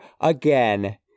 again